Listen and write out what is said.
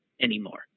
anymore